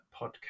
podcast